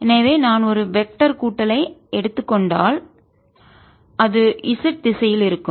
எனவே நான் ஒரு வெக்டர் கூட்டல் ஐ திசையன் தொகையை எடுத்துக் கொண்டால் அது z திசையில் இருக்கும்